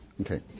Okay